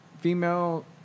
female